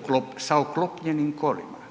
oklop, sa oklopljenim kolima.